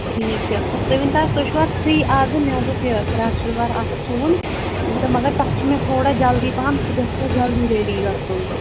اَچھا ٹھیٖک چھُ تُہۍ ؤنۍ تو حظ تُہۍ چھُو حظ فری آزٕ مےٚ حظ اوس اکھ یہِ فِراک شلوار اَتھ سُوُن تہٕ مگر تَتھ چھِ مےٚ تھوڑا جلدی پَہَم سُہ گژھِ ہا جلدی ریٚڈی گژھُن